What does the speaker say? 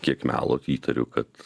kiek melo įtariu kad